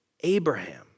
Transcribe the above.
Abraham